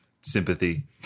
sympathy